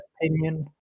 opinion